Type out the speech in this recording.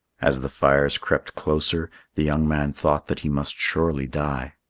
as the fires crept closer, the young man thought that he must surely die.